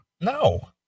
no